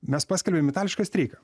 mes paskelbėm itališką streiką